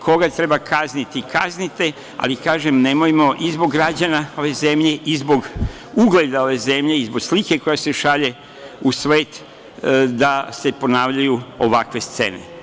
Koga treba kazniti, kaznite, ali nemojmo zbog građana ove zemlje i ugleda ove zemlje i zbog slike koja se šalje u svet da se ponavljaju ovakve scene.